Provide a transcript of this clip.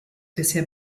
bisher